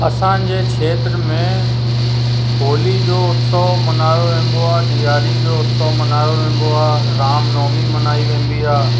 असांजे क्षेत्र में होली जो उत्सव मनायो वञिबो आहे ॾियारी जो उत्सव मल्हायो वञिबो आहे राम नवमी मल्हाई वञिबी आहे